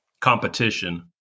competition